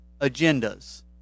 agendas